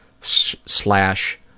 slash